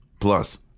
Plus